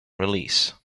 release